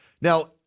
Now